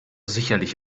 sicherlich